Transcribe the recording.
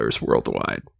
worldwide